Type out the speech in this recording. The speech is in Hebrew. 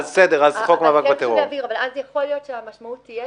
אבל אז יכול להיות שהמשמעות תהיה